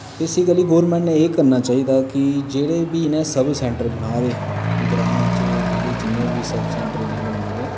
इस्सै करी गोरमेंट ने एह् करना चाहिदा की जेह्डे बी इनें सब सेंटर बना दे ग्रां च जेह्डे जिन्ने बी सेंटर इनें बना दे